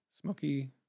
Smoky